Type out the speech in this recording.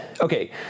okay